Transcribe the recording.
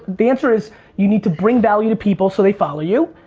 the answer is you need to bring value to people so they follow you,